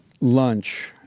lunch